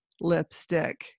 lipstick